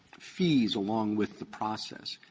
fees along with the process.